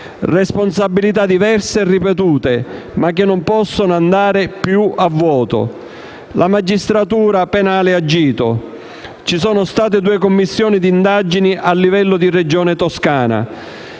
responsabilità diverse e ripetute, ma che non possono più andare a vuoto. La magistratura penale ha agito, ci sono state due commissioni di inchiesta a livello della Regione Toscana.